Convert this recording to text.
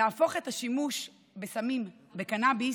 להפוך את השימוש בסמים, בקנביס,